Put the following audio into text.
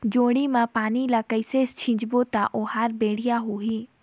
जोणी मा पानी ला कइसे सिंचबो ता ओहार बेडिया होही?